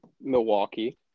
Milwaukee